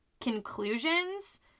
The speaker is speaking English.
conclusions